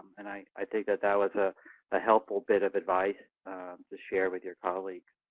and i i think that that was a ah helpful bit of advice to share with your colleagues.